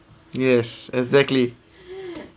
yes exactly